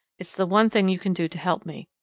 it's the one thing you can do to help me.